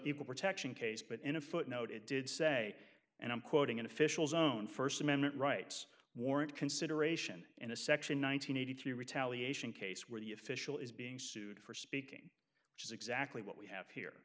equal protection case but in a footnote it did say and i'm quoting an official's own first amendment rights warrant consideration in a section one thousand nine hundred three retaliation case where the official is being sued for speaking which is exactly what we have here